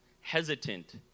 hesitant